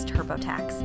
TurboTax